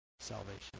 salvation